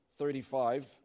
35